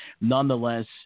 nonetheless